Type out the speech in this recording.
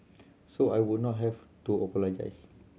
so I would not have to apologise